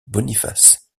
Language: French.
boniface